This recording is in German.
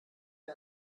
wir